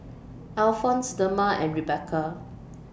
Alfonse Dema and Rebekah